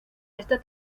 esta